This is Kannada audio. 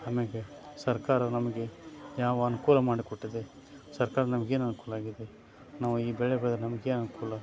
ಆಮೇಲೆ ಸರ್ಕಾರ ನಮಗೆ ಯಾವ ಅನುಕೂಲ ಮಾಡಿ ಕೊಟ್ಟಿದೆ ಸರ್ಕಾರದಿಂದ ನಮ್ಗೇನು ಅನುಕೂಲ ಆಗಿದೆ ನಾವು ಈ ಬೆಳೆ ಬೆಳೆದ್ರೆ ನಮ್ಗೇನು ಅನುಕೂಲ